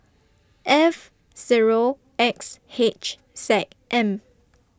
F Zero X H Z M